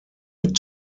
mit